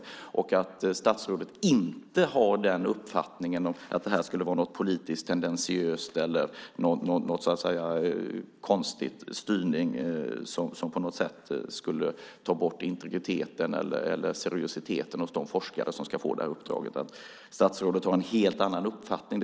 Jag hoppas att statsrådet inte har den uppfattningen att det här skulle vara något politiskt tendentiöst eller någon konstig styrning, som skulle ta bort integriteten eller seriositeten hos de forskare som ska få det här uppdraget. Jag hoppas att statsrådet har en helt annan uppfattning.